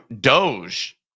Doge